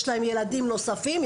יש להם ילדים נוספים,